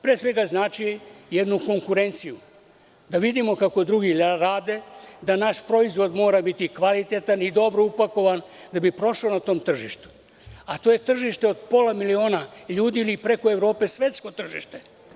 Pre svega, znači jednu konkurenciju, da vidimo kako drugi rade, da naš proizvod mora biti kvalitetan i dobro upakovan da bi prošao na tom tržištu, a to je tržište od pola miliona ljudi ili preko Evrope svetsko tržište.